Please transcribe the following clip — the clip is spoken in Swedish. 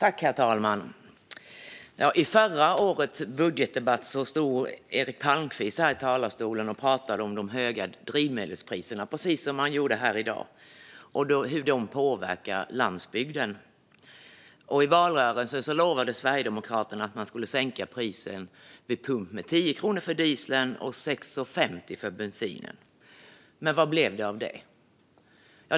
Herr talman! I förra årets budgetdebatt stod Eric Palmqvist i talarstolen och pratade om de höga drivmedelspriserna, precis som han gjorde här i dag, och hur de påverkar landsbygden. I valrörelsen lovade Sverigedemokraterna att man skulle sänka priset vid pump med 10 kronor för dieseln och 6,50 för bensinen. Vad blev det av det?